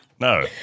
No